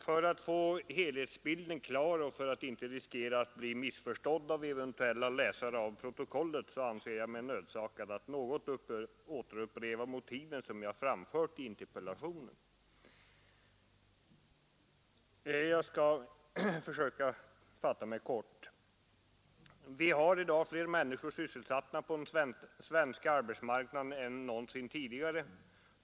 För att göra helhetsbilden klar och för att inte riskera att bli missförstådd av eventuella läsare av protokollet anser jag mig nödsakad att i någon mån upprepa de motiv som jag framfört i interpellationen. Jag skall försöka fatta mig kort. Vi har i dag på den svenska arbetsmarknaden fler människor sysselsatta än någonsin tidigare.